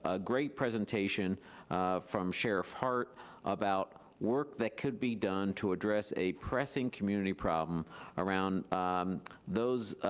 ah great presentation from sheriff hart about work that could be done to address a pressing community problem around those